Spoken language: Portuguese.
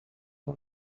com